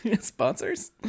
sponsors